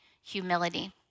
humility